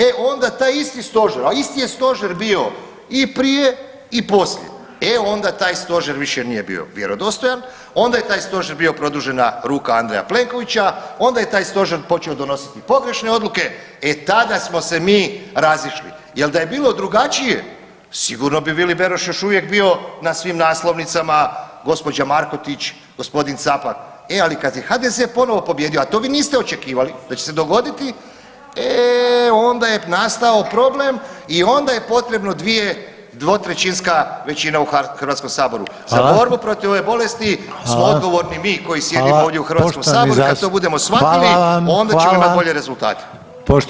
E onda taj isti stožer, a isti je stožer bio i prije i poslije, e onda taj stožer više nije bio vjerodostojan, onda je taj stožer bio produžena ruka Andreja Plenkovića, onda je taj stožer počeo donositi pogrešne odluke, e tada smo se mi razišli jel da je bilo drugačije sigurno bi Vili Beroš još uvijek bio na svim naslovnicama, gospođa Markotić, gospodin Capak, e kad je HDZ ponovo pobijedio, a to vi niste očekivali da će se dogoditi e onda je nastao problem i onda je potrebno dvije 2/3 većina u Hrvatskom saboru [[Upadica: Hvala.]] za borbu protiv ove bolesti smo odgovorni mi koji sjedimo u Hrvatskom saboru i kad to budemo shvatili [[Upadica: Hvala vam, hvala.]] onda ćemo imati bolje rezultate.